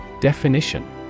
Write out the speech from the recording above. Definition